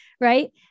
Right